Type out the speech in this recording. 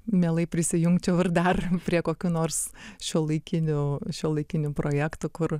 mielai prisijungčiau ir dar prie kokio nors šiuolaikinių šiuolaikinių projektų kur